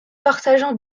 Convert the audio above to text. partageant